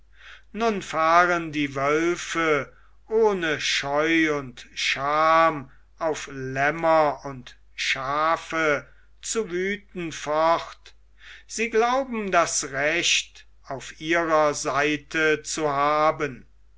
nun fahren die wölfe ohne scheu und scham auf lämmer und schafe zu wüten fort sie glauben das recht auf ihrer seite zu haben